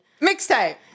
mixtape